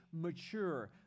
mature